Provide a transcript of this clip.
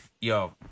yo